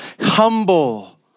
humble